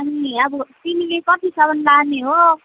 अनि अब तिमीले कतिसम्म लाने हो